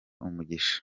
umugisha